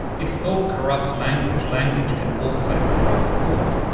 if thought corrupts language, language can also corrupt thought.